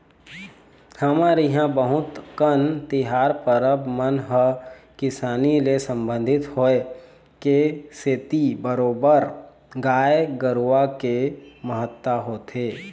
हमर इहाँ बहुत कन तिहार परब मन ह किसानी ले संबंधित होय के सेती बरोबर गाय गरुवा के महत्ता होथे